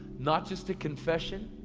not just a confession,